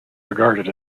regarded